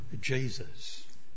Jesus